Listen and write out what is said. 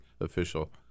official